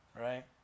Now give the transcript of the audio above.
right